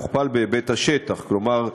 יוכפל בהיבט השטח, כלומר: